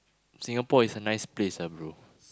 Singapore is a nice place lah brother